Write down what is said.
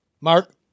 Mark